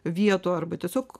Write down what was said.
vietų arba tiesiog